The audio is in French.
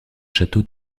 château